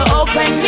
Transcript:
open